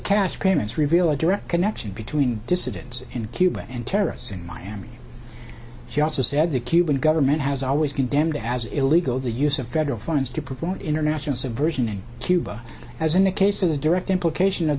cash payments reveal a direct connection between dissidents in cuba and terrorists in miami she also said the cuban government has always condemned as illegal the use of federal funds to prevent international subversion in cuba as in the case of the direct implication of